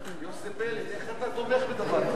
יוסי פלד, איך אתה תומך בדבר כזה?